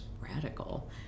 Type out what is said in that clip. radical